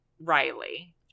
Riley